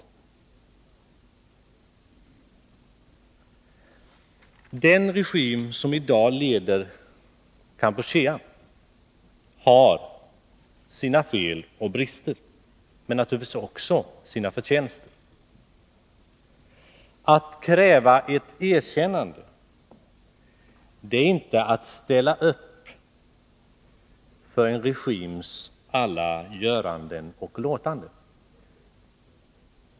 Den regim som i dag leder Kampuchea har sina fel och brister men naturligtvis också sina förtjänster. Att kräva ett erkännande är inte att ställa upp för en regims alla göranden och låtanden.